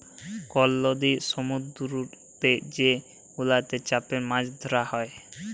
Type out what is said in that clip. call লদি সমুদ্দুরেতে যে গুলাতে চ্যাপে মাছ ধ্যরা হ্যয়